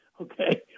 okay